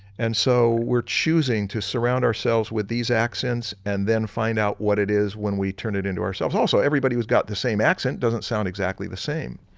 and so, we're choosing to surround ourselves with these accents and then find out what it is when we turn it into ourselves. also, everybody who's got the same accent doesn't sound exactly the same.